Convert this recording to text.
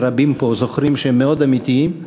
ורבים פה יודעים שהם מאוד אמיתיים,